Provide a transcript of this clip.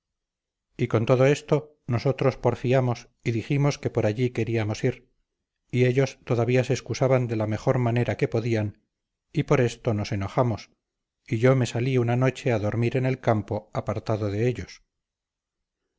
y con todo esto nosotros porfiamos y dijimos que por allí queríamos ir y ellos todavía se excusaban de la mejor manera que podían y por esto nos enojamos y yo me salí una noche a dormir en el campo apartado de ellos